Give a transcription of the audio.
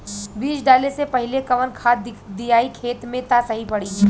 बीज डाले से पहिले कवन खाद्य दियायी खेत में त सही पड़ी?